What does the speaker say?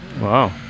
Wow